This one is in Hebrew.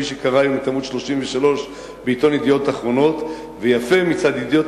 מי שקרא היום את עמוד 33 בעיתון "ידיעות אחרונות" ויפה מצד "ידיעות